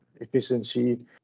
efficiency